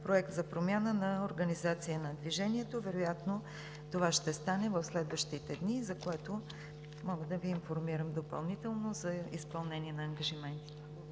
проект за промяна на организацията на движението. Вероятно това ще стане в следващите дни, за което мога да Ви информирам допълнително за изпълнение на ангажиментите.